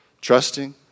trusting